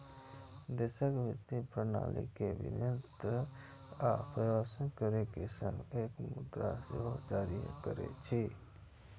देशक वित्तीय प्रणाली के विनियमन आ पर्यवेक्षण करै के संग ई मुद्रा सेहो जारी करै छै